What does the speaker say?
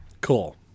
Cool